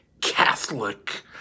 Catholic